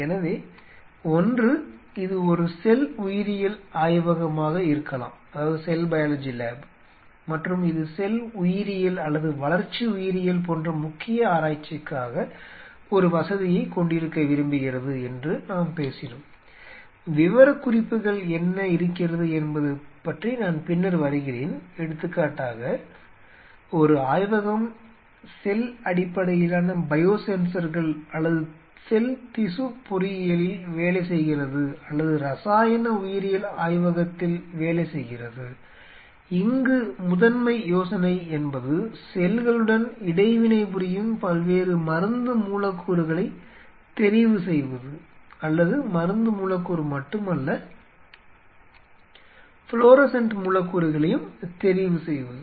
எனவே ஒன்று இது ஒரு செல் உயிரியல் ஆய்வகமாக இருக்கலாம் மற்றும் இது செல் உயிரியல் அல்லது வளர்ச்சி உயிரியல் போன்ற முக்கிய ஆராய்ச்சிக்காக ஒரு வசதியை கொண்டிருக்க விரும்புகிறது என்று நாம் பேசினோம் விவரக்குறிப்புகள் என்ன இருக்கிறது என்பது பற்றி நான் பின்னர் வருகிறேன் எடுத்துக்காட்டாக ஒரு ஆய்வகம் செல் அடிப்படையிலான பயோசென்சர்கள் அல்லது செல் திசு பொறியியலில் வேலை செய்கிறது அல்லது இரசாயன உயிரியல் ஆய்வகத்தில் வேலை செய்கிறது இங்கு முதன்மை யோசனை என்பது செல்களுடன் இடைவினை புரியும் பல்வேறு மருந்து மூலக்கூறுகளைத் தெரிவு செய்வது அல்லது மருந்து மூலக்கூறு மட்டுமல்ல ஃப்ளோரசன்ட் மூலக்கூறுகளையும் தெரிவு செய்வது